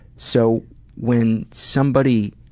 so when somebody